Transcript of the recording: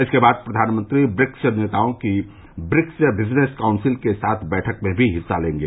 इसके बाद प्रधानमंत्री ब्रिक्स नेताओं की ब्रिक्स विजनेस काउंसिल के साथ बैठक में भी हिस्सा लेंगे